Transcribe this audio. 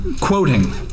Quoting